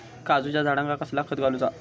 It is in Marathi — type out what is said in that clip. काजूच्या झाडांका कसला खत घालूचा?